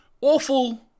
Awful